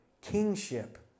kingship